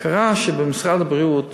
קרה שבמשרד הבריאות